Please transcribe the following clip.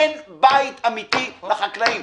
אין בית אמיתי לחקלאים.